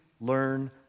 learn